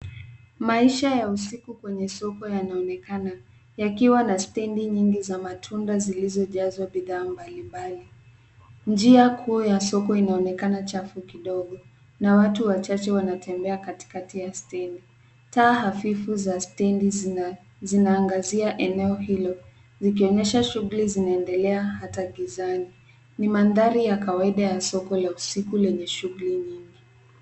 Maisha ya usiku kwenye soko yanaonekana, yakiwa na stendi nyingi za matunda zilizojazwa bidhaa mbalimbali. Njia kuu ya soko inaonekana chafu kidogo, na watu wachache wanatembea katikati ya stendi. Taa hafifu za stendi zinaangazia eneo hilo, zikionyesha shughuli zinaendelea hata gizani. Ni mandhari ya kawaida ya soko la usiku lenye shughuli nyingi.